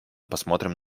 посмотрим